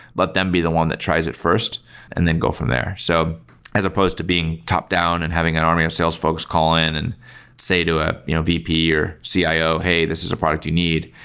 let them be the one that tries it first and then go from there. so as supposed to being top-down and having an army um sales folks call in and say to a you know vp or a ah cio, hey, this is a product you need.